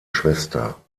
schwester